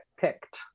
picked